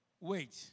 Wait